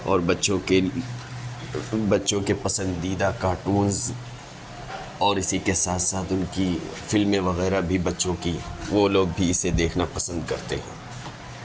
اور بچوں کے بچوں کے پسندیدہ کاٹونز اور اسی کے ساتھ ساتھ ان کی فلمیں وغیرہ بھی بچوں کی وہ لوگ بھی اسے دیکھنا پسند کرتے ہیں